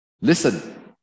Listen